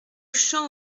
champ